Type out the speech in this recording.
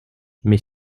mais